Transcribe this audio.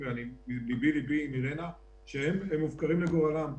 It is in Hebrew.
ליבי ליבי עם אירנה, שהם מופקרים לגורלם.